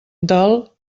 del